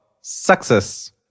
success